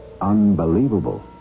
unbelievable